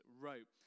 wrote